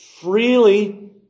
freely